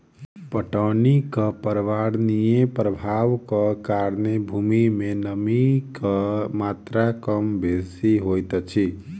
पटौनीक पर्यावरणीय प्रभावक कारणेँ भूमि मे नमीक मात्रा कम बेसी होइत अछि